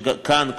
כאן,